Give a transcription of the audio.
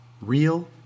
Real